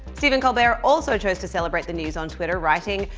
stephen colbert also chose to celebrate the news on twitter writing,